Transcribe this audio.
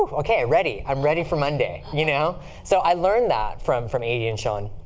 ok, ah ready. i'm ready for monday. you know so i learned that from from adi and sean.